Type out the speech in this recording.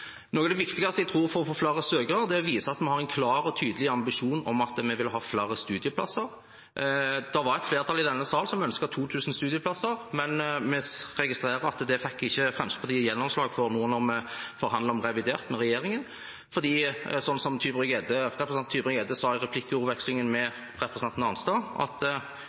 noe av det viktigste for å få flere søkere er å vise at vi har en klar og tydelig ambisjon om at vi vil ha flere studieplasser. Det var et flertall i denne sal som ønsket 2 000 studieplasser, men vi registrerer at det fikk ikke Fremskrittspartiet gjennomslag for da vi forhandlet om revidert med regjeringen, for som representanten Mathilde Tybring-Gjedde sa i replikkvekslingen med representanten Arnstad,